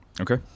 Okay